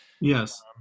Yes